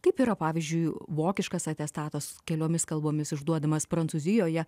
kaip yra pavyzdžiui vokiškas atestatas keliomis kalbomis išduodamas prancūzijoje